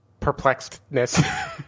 perplexedness